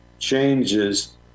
changes